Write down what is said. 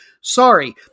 Sorry